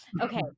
okay